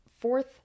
fourth